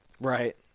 Right